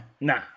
Nah